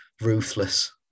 ruthless